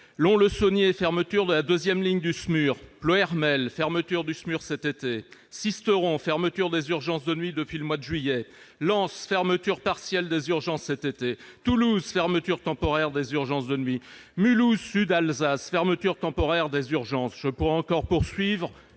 Lons-le-Saunier, fermeture de la deuxième ligne du SMUR ; Ploërmel, fermeture du SMUR cet été ; Sisteron, fermeture des urgences de nuit depuis le mois de juillet ; Lens, fermeture partielle des urgences cet été ; Toulouse, fermeture temporaire des urgences de nuit ; Mulhouse-Sud-Alsace, fermeture temporaire des urgences : je pourrais encore poursuivre